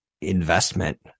investment